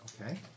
Okay